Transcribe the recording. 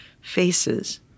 faces